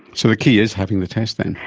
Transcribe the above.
so the key is having the test then?